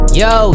yo